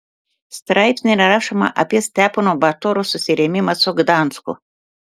straipsnyje rašoma apie stepono batoro susirėmimą su gdansku